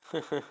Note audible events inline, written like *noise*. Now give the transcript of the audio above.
*laughs*